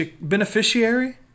beneficiary